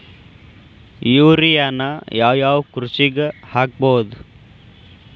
ಯೂರಿಯಾನ ಯಾವ್ ಯಾವ್ ಕೃಷಿಗ ಹಾಕ್ಬೋದ?